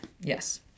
Yes